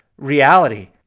reality